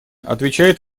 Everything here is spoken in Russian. отвечает